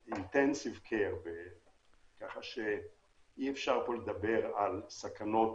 אינטנסיביים כך שאי אפשר לדבר על סכנות